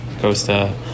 costa